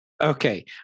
Okay